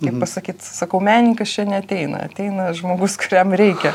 kaip pasakyt sakau menininkas čia neateina ateina žmogus kuriam reikia